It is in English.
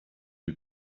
you